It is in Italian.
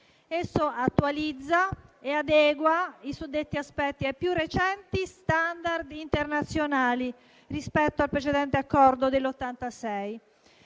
Esso attualizza e adegua i suddetti aspetti ai più recenti *standard* internazionali rispetto al precedente Accordo del 1986